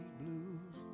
blues